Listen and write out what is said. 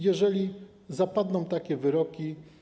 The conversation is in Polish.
Jeżeli zapadną takie wyroki.